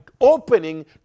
opening